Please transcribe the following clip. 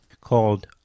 called